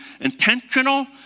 intentional